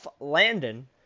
Landon